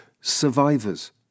survivors